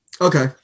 Okay